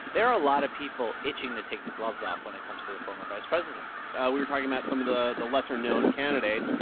there are a lot of people itching to take the gloves off when it comes to the former vice president we were talking about some of the the lesser-known candidates.